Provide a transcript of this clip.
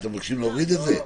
אתם מבקשים להוריד את זה?